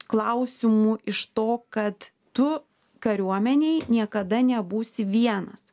klausimų iš to kad tu kariuomenėj niekada nebūsi vienas